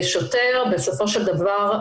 לשוטר בסופו של דבר,